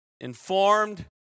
informed